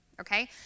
okay